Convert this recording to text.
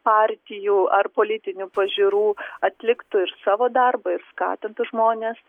partijų ar politinių pažiūrų atliktų ir savo darbą ir skatintų žmones